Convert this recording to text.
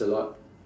it's a lot